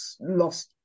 lost